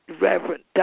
Reverend